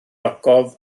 ogof